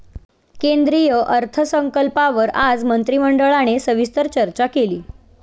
केंद्रीय अर्थसंकल्पावर आज मंत्रिमंडळाने सविस्तर चर्चा केली